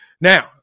Now